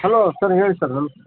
hello sir ಹೇಳಿ sir norms